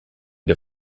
der